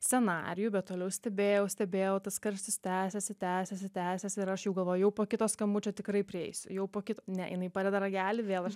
scenarijų bet toliau stebėjau stebėjau tas karštis tęsėsi tęsėsi tęsėsi ir aš jau galvojau po kito skambučio tikrai prieisiu jau po kito ne jinai padeda ragelį vėl aš